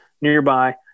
nearby